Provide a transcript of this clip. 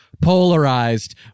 polarized